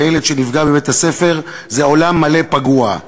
וילד שנפגע בבית-הספר זה עולם מלא פגוע.